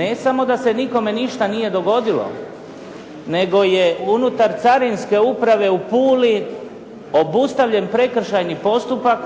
Ne samo da se nikome ništa nije dogodilo, nego je unutar carinske uprave u Puli obustavljen prekršajni postupak,